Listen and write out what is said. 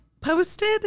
posted